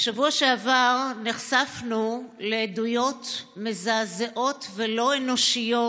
בשבוע שעבר נחשפנו לעדויות מזעזעות ולא אנושיות